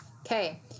Okay